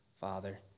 Father